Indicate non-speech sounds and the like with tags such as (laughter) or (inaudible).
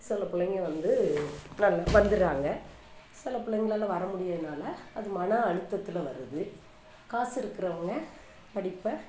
சில பிள்ளைங்க வந்து (unintelligible) வந்துர்றாங்க சில பிள்ளைங்களால வர முடியாததுனால் அது மன அழுத்தத்தில் வருது காசு இருக்கிறவங்க படிப்பை